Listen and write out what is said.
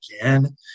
again